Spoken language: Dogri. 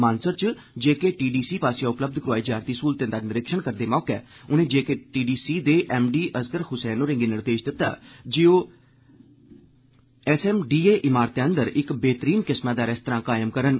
मानसर च जेकेटीडीसी आसेआ उपलब्ध करोआई जा'रदी स्हूलें दा निरीक्षण करदे मौके उनें जेकेटीडीसी दे एम डी असगर हुसैन होरेंगी निर्देष दित्ता जे ओह एस एम डी ए इमारतै अंदर इक बेह्तरीन किस्मै दा रेस्तरां कायम करन